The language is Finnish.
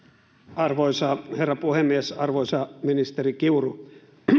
arvoisa herra puhemies arvoisa ministeri kiuru